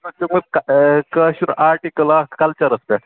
مےٚ اوس لیٛوٗکھمُت کٲشُر آٹِکٕل اَکھ کلچرس پٮ۪ٹھ